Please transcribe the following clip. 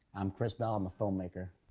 i'm chris bell. i'm a filmmaker,